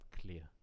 clear